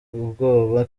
ubwoba